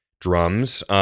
Drums